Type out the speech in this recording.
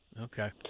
Okay